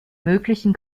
möglichen